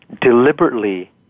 deliberately